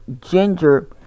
ginger